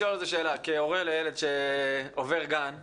כהורה לילד שעובר גן השנה,